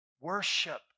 worship